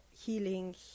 healing